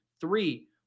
three